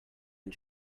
and